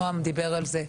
נועם דיבר על זה,